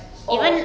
oh